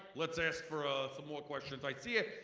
let's ask for ah some more questions. i see a,